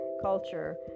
culture